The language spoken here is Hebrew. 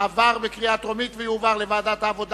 עברה בקריאה טרומית ותועבר לוועדת העבודה,